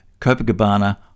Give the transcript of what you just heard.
Copacabana